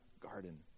garden